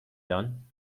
done